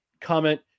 comment